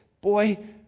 boy